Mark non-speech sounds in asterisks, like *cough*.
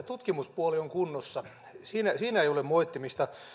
*unintelligible* tutkimuspuoli on kunnossa siinä siinä ei ole moittimista